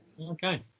Okay